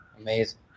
Amazing